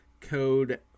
code